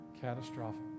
catastrophic